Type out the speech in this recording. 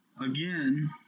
Again